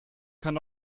kann